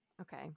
Okay